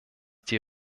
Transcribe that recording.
die